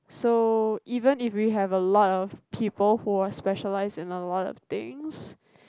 so even if we have a lot of people who are specialised in a lot of things